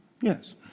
Yes